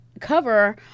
cover